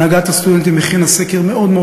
הנהגת הסטודנטים הכינה סקר מאוד מאוד